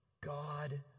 God